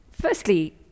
Firstly